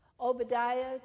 Obadiah